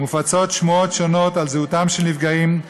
מופצות שמועות שונות על זהותם של נפגעים,